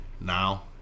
now